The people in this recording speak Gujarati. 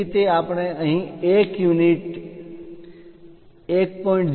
તેથી તે આપણે અહીં 1 યુનિટ 1